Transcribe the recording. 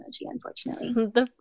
unfortunately